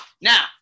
Now